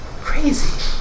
Crazy